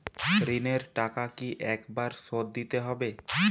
ঋণের টাকা কি একবার শোধ দিতে হবে?